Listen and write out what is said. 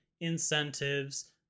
incentives